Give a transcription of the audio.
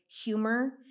humor